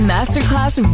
Masterclass